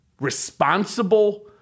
responsible